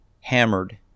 hammered